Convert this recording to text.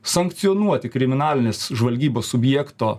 sankcionuoti kriminalinės žvalgybos subjekto